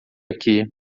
aqui